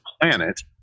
planet